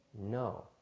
No